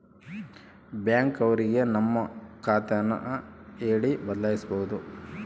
bank ಅವ್ರಿಗೆ ನಮ್ ಖಾತೆ ನ ಹೇಳಿ ಬದಲಾಯಿಸ್ಬೋದು